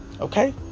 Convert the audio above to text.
Okay